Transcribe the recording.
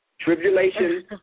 tribulation